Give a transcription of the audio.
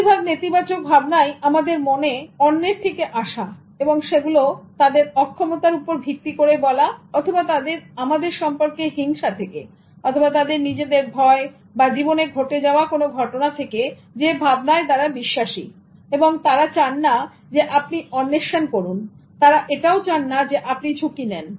বেশিরভাগ নেতিবাচক ভাবনাই আমাদের মনে অন্যের থেকে আসা এবং সেগুলো তাদের অক্ষমতার ওপর ভিত্তি করে বলা অথবা তাদের আমাদের সম্পর্কে হিংসা থেকে অথবা তাদের নিজেদের ভয় বা তাদের জীবনে ঘটে যাওয়া কোন ঘটনা থেকে যে ভাবনায় তারা বিশ্বাসী এবং তারা চান না আপনি অন্বেষণ করুন তারা এটাও চান না যেআপনি ঝুঁকি নেন